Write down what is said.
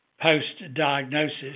post-diagnosis